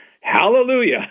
Hallelujah